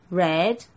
red